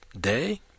day